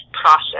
process